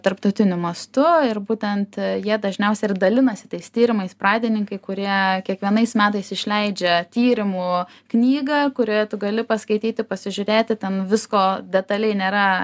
tarptautiniu mastu ir būtent jie dažniausia ir dalinasi tais tyrimais pradininkai kurie kiekvienais metais išleidžia tyrimų knygą kurioje tu gali paskaityti pasižiūrėti ten visko detaliai nėra